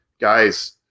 guys